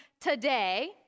today